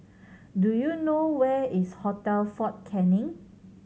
do you know where is Hotel Fort Canning